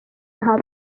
näha